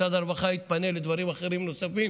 משרד הרווחה יתפנה לדברים אחרים נוספים,